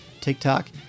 TikTok